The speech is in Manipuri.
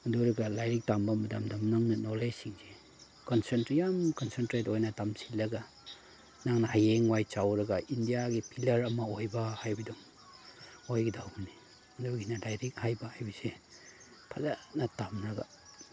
ꯑꯗꯨ ꯑꯣꯏꯔꯒ ꯂꯥꯏꯔꯤꯛ ꯇꯝꯕ ꯃꯇꯝꯗ ꯅꯪꯅ ꯅꯣꯂꯦꯖꯁꯤꯡꯁꯦ ꯌꯥꯝ ꯀꯟꯁꯦꯟꯇ꯭ꯔꯦꯠ ꯑꯣꯏꯅ ꯇꯝꯁꯤꯜꯂꯒ ꯅꯪꯅ ꯍꯌꯦꯡꯋꯥꯏ ꯆꯥꯎꯔꯒ ꯏꯟꯗꯤꯌꯥꯒꯤ ꯄꯤꯂꯔ ꯑꯃ ꯑꯣꯏꯕ ꯍꯥꯏꯕꯗꯨ ꯑꯣꯏꯒꯗꯧꯕꯅꯤ ꯑꯗꯨꯒꯤꯅ ꯂꯥꯏꯔꯤꯛ ꯍꯩꯕ ꯍꯥꯏꯕꯁꯤ ꯐꯖꯅ ꯇꯝꯂꯒ